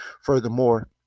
furthermore